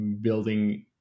building